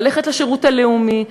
ללכת לשירות הלאומי,